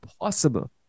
possible